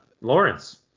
Lawrence